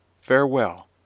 Farewell